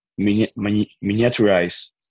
miniaturize